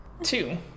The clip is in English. Two